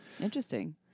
Interesting